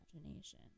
imagination